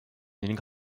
ning